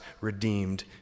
redeemed